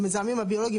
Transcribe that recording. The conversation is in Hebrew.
המזהמים הביולוגיים.